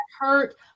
Hurt